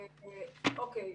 אוקיי.